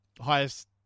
highest